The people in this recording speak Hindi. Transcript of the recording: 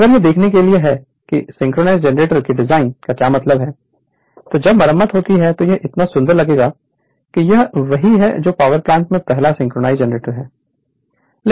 अगर यह देखने के लिए कि इस सिंक्रोनस जेनरेटर के डिज़ाइन का क्या मतलब है जब मरम्मत होती है तो यह इतना सुंदर लगेगा कि यह वही है जो पावर प्लांट में पहला सिंक्रोनस जनरेटर है